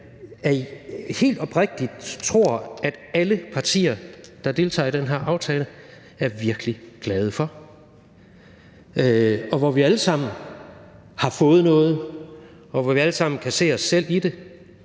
tror helt oprigtigt, at alle partier, der deltager i den her aftale, er virkelig glade for den. Vi har alle sammen fået noget, og vi kan alle sammen kan se os selv i den,